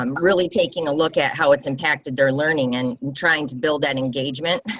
um really taking a look at how its impacted their learning and trying to build that engagement.